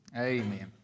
Amen